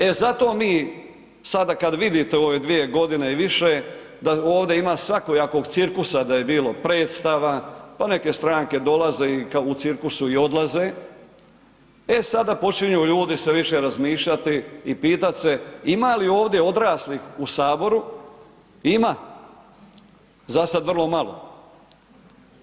E zato mi, sada kad vidite ove dvije godine i više da ovdje ima svakojakog cirkusa, da je bilo predstava, pa neke stranke dolaze u cirkusu i odlaze, e sada počinju ljudi se više razmišljati i pitat se ima li ovdje odraslih u saboru, ima, zasad vrlo malo.